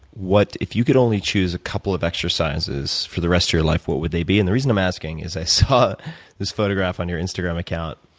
if you could only choose a couple of exercises for the rest of your life, what would they be? and the reason i'm asking is i saw this photograph on your instagram account,